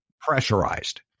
pressurized